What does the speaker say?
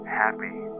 happy